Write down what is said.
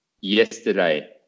yesterday